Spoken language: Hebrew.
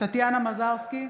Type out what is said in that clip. טטיאנה מזרסקי,